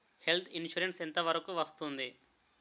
Health insurance ఎంత వరకు వస్తుంది?